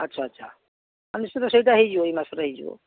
ଆଚ୍ଛା ଆଚ୍ଛା ହଁ ନିଶ୍ଚିନ୍ତ ସେଇଟା ହେଇଯିବ ଏଇ ମାସରେ ହେଇଯିବ